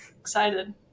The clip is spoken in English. Excited